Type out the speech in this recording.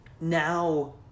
now